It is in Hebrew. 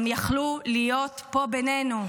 הם יכלו להיות פה בינינו.